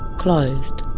closed.